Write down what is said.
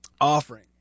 offering